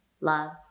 Love